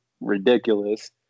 ridiculous